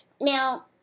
Now